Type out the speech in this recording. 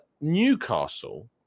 Newcastle